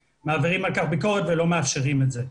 מעבירים על כך ביקורת ולא מאפשרים את זה.